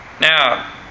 Now